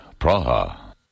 Praha